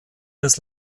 des